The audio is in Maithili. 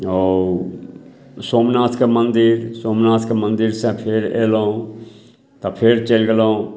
ओ सोमनाथके मन्दिर सोमनाथके मन्दिर से फेर अएलहुँ तऽ फेर चलि गेलहुँ